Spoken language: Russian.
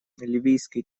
ливийский